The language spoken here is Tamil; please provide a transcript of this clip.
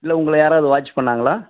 இல்லை உங்களை யாராவது வாட்ச் பண்ணாங்களா